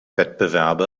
wettbewerbe